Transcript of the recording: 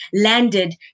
landed